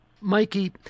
Mikey